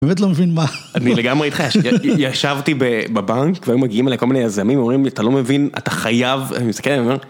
באמת לא מבין מה אני לגמרי ישבתי בבנק והיו מגיעים אלי כל מיני יזמים אומרים אתה לא מבין אתה חייב.